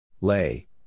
Lay